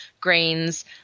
grains